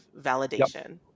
validation